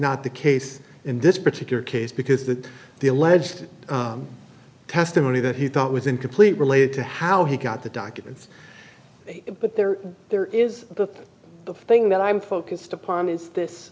not the case in this particular case because the the alleged testimony that he thought was incomplete related to how he got the documents but there there is the thing that i'm focused upon is this